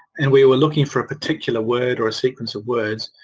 and we were looking for a particular word or sequence of words,